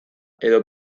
edo